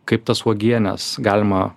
kaip tas uogienes galima